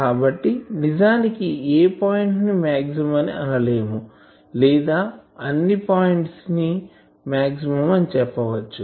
కాబట్టి నిజానికి ఏ పాయింట్ ని మాక్సిమం అని అనలేము లేదా అన్ని పాయింట్స్ మాక్సిమం అని చెప్పవచ్చు